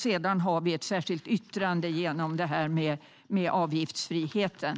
Sedan har vi ett särskilt yttrande om avgiftsfriheten.